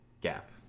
gap